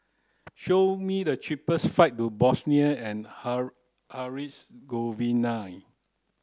show me the cheapest flights to Bosnia and Herzegovina